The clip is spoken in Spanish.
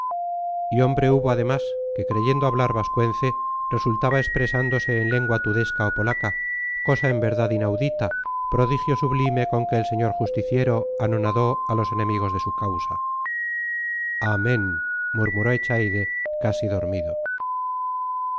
disponía y hombre hubo además que creyendo hablar vascuence resultaba expresándose en lengua tudesca o polaca cosa en verdad inaudita prodigio sublime con que el señor justiciero anonadó a los enemigos de su causa amén murmuró echaide casi dormido